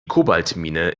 kobaltmine